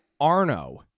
Arno